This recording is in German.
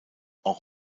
auch